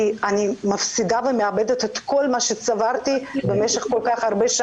אני מפסידה ומאבדת את כל מה שצברתי במשך שנים רבות.